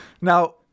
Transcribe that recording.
Now